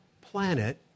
planet